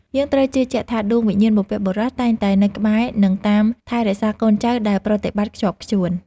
យើងត្រូវជឿជាក់ថាដួងវិញ្ញាណបុព្វបុរសតែងតែនៅក្បែរនិង តាមថែរក្សាកូនចៅដែលប្រតិបត្តិខ្ជាប់ខ្ជួន។